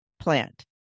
plant